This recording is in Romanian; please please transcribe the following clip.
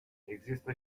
există